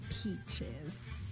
peaches